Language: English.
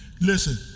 Listen